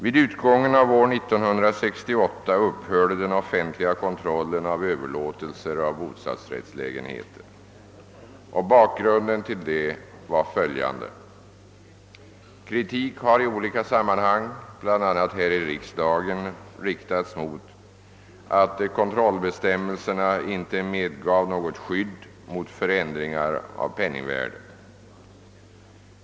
Vid utgången av år 1968 upphörde den offentliga kontrollen av överlåtelser av bostadsrättslägenheter. Bakgrunden härtill var följande: Kritik har i olika sammanhang, bl.a. i riksdagen, riktats mot att kontrollbestämmelserna inte medger något skydd mot förändringar av penningvärdet.